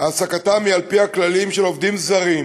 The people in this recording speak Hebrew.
העסקתם היא על-פי הכללים של עובדים זרים,